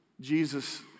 Jesus